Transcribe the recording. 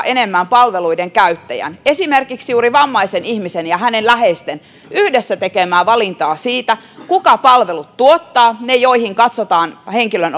enemmän palveluiden käyttäjän esimerkiksi juuri vammaisen ihmisen ja hänen läheistensä yhdessä tekemää valintaa siitä kuka tuottaa ne palvelut joihin henkilön